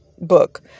book